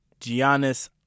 Giannis